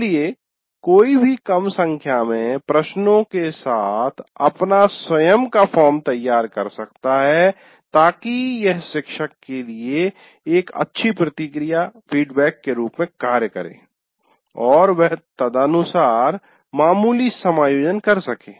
इसलिए कोई भी कम संख्या में प्रश्नों के साथ अपना स्वयं का फॉर्म तैयार कर सकता है ताकि यह शिक्षक के लिए एक अच्छी प्रतिक्रिया के रूप में कार्य करे और वह तदनुसार मामूली समायोजन कर सके